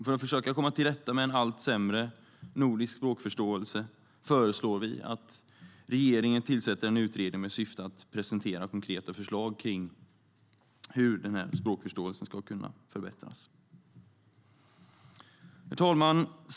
För att försöka komma till rätta med en allt sämre nordisk språkförståelse föreslår vi att regeringen tillsätter en utredning med syfte att presentera konkreta förslag kring hur den här språkförståelsen ska kunna förbättras. Herr talman!